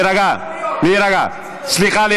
סליחה, סליחה.